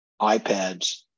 iPads